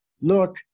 look